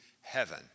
heaven